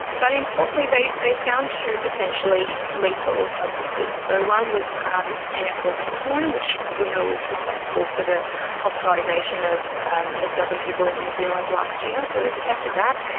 but importantly they they found two potentially lethal substances. so, one was um n-ethylpentylone which we know was responsible for the hospitalisation of a dozen people in new zealand last year, so they detected that.